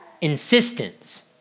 insistence